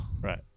Right